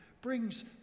brings